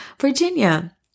Virginia